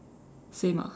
same ah